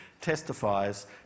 testifies